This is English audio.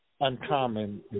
uncommon